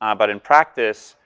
um but in practice,